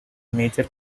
major